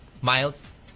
miles